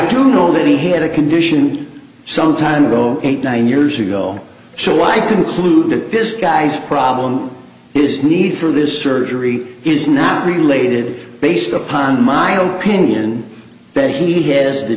do know that he had a condition some time ago eight nine years ago so i conclude that this guy's problem is need for this surgery is not related based upon my own opinion that he has the